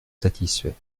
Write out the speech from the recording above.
satisfait